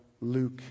Luke